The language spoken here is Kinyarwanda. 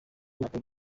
imyaka